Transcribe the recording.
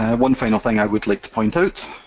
one final thing i would like to point out,